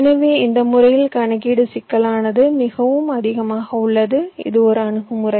எனவே இந்த முறையில் கணக்கீட்டு சிக்கலானது மிகவும் அதிகமாக உள்ளது இது ஒரு அணுகுமுறை